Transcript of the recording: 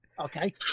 Okay